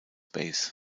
base